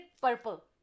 purple